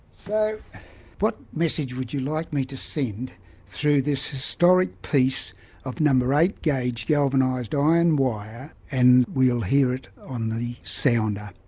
so what message would you like me to send through this historic piece of no. eight gauge galvanised iron wire and we'll hear it on the sounder.